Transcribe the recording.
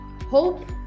hope